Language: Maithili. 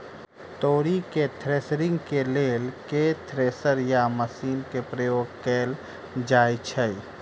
तोरी केँ थ्रेसरिंग केँ लेल केँ थ्रेसर या मशीन केँ प्रयोग कैल जाएँ छैय?